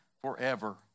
forever